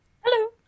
Hello